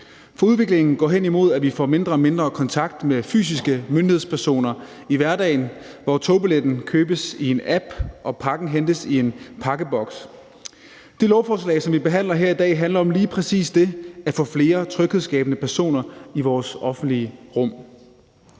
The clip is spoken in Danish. For udviklingen går hen imod, at vi får mindre og mindre kontakt med fysiske myndighedspersoner i hverdagen, hvor togbilletten købes via en app og pakken hentes i en pakkeboks. Det lovforslag, som vi behandler her i dag, handler om lige præcis det at få flere tryghedsskabende personer i vores offentlige rum.